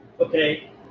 Okay